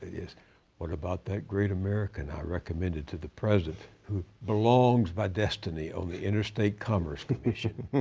yeah what about that great american i recommended to the president who belongs by destiny on the interstate commerce commission?